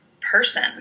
person